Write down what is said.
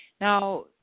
Now